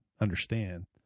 understand